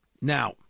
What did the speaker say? Now